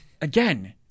again